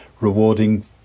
rewarding